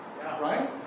right